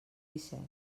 disset